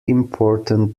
important